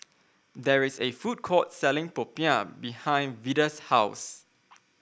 there is a food court selling Popiah behind Vida's house